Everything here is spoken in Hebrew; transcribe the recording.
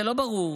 לא ברור,